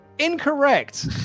incorrect